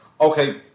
Okay